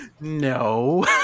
No